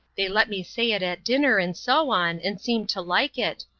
they let me say it at dinner and so on, and seemed to like it.